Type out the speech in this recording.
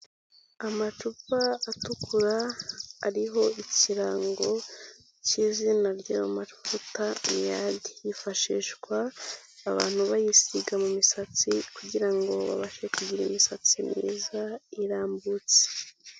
Amacupa atukura ariho ikirango cy'izina ry'amavuta aya ajya yifashishwa abantu bayisiga mu misatsi kugira ngo babashe kugira imisatsi myiza irambutse.